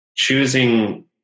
choosing